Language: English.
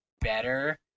better